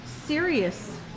serious